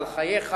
על חייך,